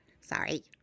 Sorry